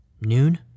Noon